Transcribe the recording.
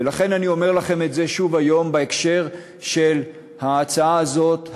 ולכן אני אומר לכם את זה שוב היום בהקשר של ההצעה הזאת,